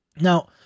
Now